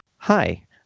Hi